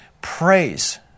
praise